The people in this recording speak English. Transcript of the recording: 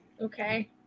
Okay